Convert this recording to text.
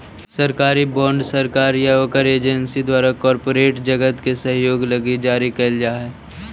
सरकारी बॉन्ड सरकार या ओकर एजेंसी द्वारा कॉरपोरेट जगत के सहयोग लगी जारी कैल जा हई